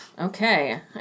Okay